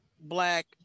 black